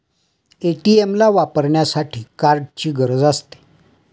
ATM ला वापरण्यासाठी कार्डची गरज असते